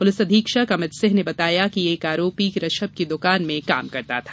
police अधीक्षक अमित सिंह ने बताया कि एक आरोपी ऋषभ की द्कान में काम करता था